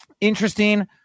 interesting